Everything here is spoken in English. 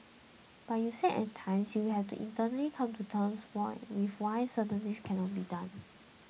but you said that at times you have to internally come to terms with why certain things cannot be done